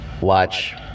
watch